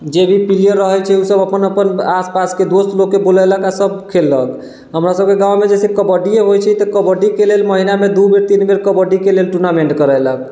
जे भी प्लेयर रहै छै ओसब अपन अपन आसपासके दोस्त लोकके बोलेलक आओर सब खेललक हमरा सबके गाममे जइसे कबड्डिओ होइ छै तऽ कबड्डीके लेल महिनामे दू बेर तीन बेर कबड्डीके लेल टूर्नामेन्ट करेलक